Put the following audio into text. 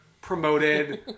promoted